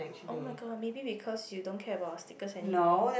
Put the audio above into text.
oh-my-god maybe because you don't care about stickers anymore